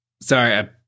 Sorry